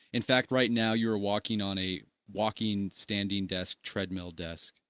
in fact, right now you're walking on a walking-standing desk treadmill desk?